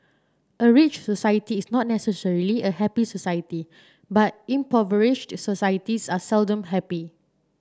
a rich society is not necessarily a happy society but impoverished societies are seldom happy